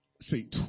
see